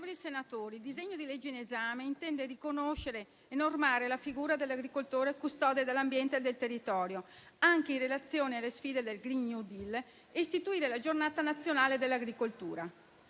senatori, il disegno di legge in esame intende riconoscere e normare la figura dell'agricoltore custode dell'ambiente e del territorio, anche in relazione alle sfide del *green new deal*, nonché istituire la Giornata nazionale dell'agricoltura.